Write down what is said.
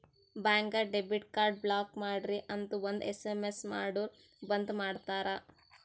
ಬ್ಯಾಂಕ್ಗ debit card block ಮಾಡ್ರಿ ಅಂತ್ ಒಂದ್ ಎಸ್.ಎಮ್.ಎಸ್ ಮಾಡುರ್ ಬಂದ್ ಮಾಡ್ತಾರ